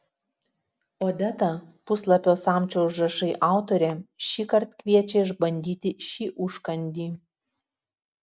odeta puslapio samčio užrašai autorė šįkart kviečia išbandyti šį užkandį